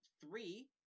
three